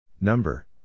Number